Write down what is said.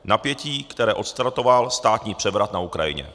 Napětí, které odstartoval státní převrat na Ukrajině.